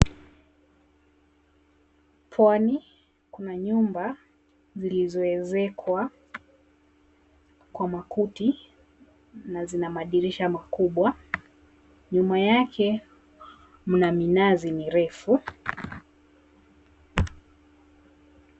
Pwani kuna nyumba zilizoezekwa kwa makuti na zina madirisha makubwa. Nyuma yake mna minazi mirefu.